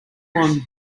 blond